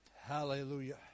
Hallelujah